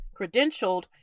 credentialed